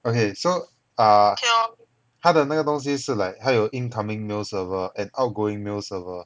okay so ah 它的那个东西是 like 它有 incoming mail server and outgoing mail server